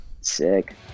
sick